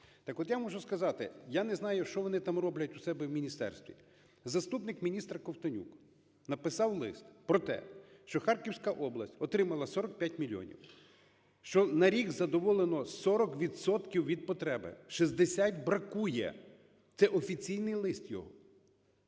Так от, я можу сказати, я не знаю, що вони там роблять в себе в міністерстві, заступник міністра Ковтонюк написав лист про те, що Харківська область отримала 45 мільйонів, що на рік задоволено 40 відсотків від потреби, 60 бракує. Це офіційний лист його.